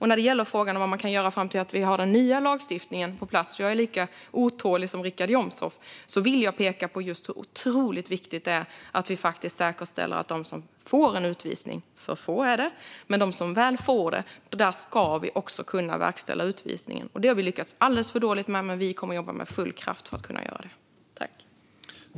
När det gäller frågan om vad man kan göra innan den nya lagstiftningen finns på plats är jag lika otålig som Richard Jomshof och vill peka på hur otroligt viktigt det är att säkerställa att i de fall någon får en utvisning - de är få - ska utvisningen också kunna verkställas. Det har man lyckats alldeles för dåligt med, men vi kommer att jobba med full kraft för att man ska kunna göra det.